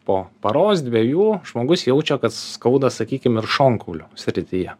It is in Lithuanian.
po paros dviejų žmogus jaučia kad skauda sakykim ir šonkaulio srityje